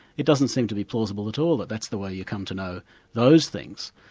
it doesn't seem to be plausible at all that that's the way you come to know those things.